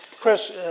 Chris